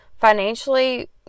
Financially